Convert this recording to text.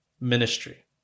ministry